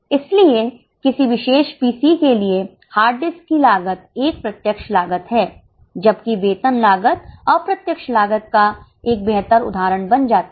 इसलिए किसी विशेष पीसी के लिए हार्ड डिस्क की लागत एक प्रत्यक्ष लागत है जबकि वेतन लागत अप्रत्यक्ष लागत का एक बेहतर उदाहरण बन जाता है